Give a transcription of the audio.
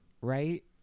right